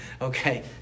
Okay